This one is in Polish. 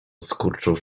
skurczów